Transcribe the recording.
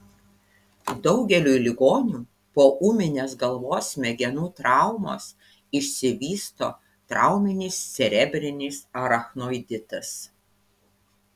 daugeliui ligonių po ūminės galvos smegenų traumos išsivysto trauminis cerebrinis arachnoiditas